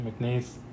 McNeese